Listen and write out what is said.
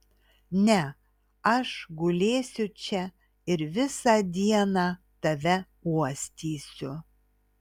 ne aš gulėsiu čia ir visą dieną tave uostysiu